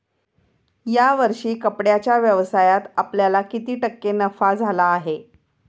या वर्षी कपड्याच्या व्यवसायात आपल्याला किती टक्के नफा झाला आहे?